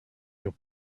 your